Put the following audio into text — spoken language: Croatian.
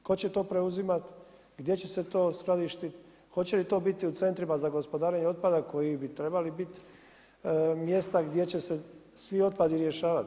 Tko će to preuzimat, gdje će to skladištiti, hoće li to biti u centrima za gospodarenje otpada koji bi trebali biti mjesta gdje će se svi otpadi rješavati?